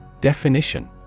Definition